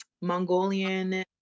Mongolian